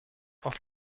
auf